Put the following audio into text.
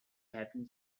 captain